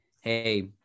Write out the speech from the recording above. Hey